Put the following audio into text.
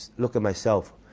look at myself.